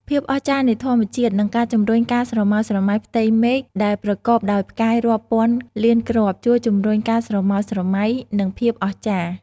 ភាពអស្ចារ្យនៃធម្មជាតិ និងការជំរុញការស្រមើស្រមៃផ្ទៃមេឃដែលប្រកបដោយផ្កាយរាប់ពាន់លានគ្រាប់ ជួយជំរុញការស្រមើស្រមៃ និងភាពអស្ចារ្យ ។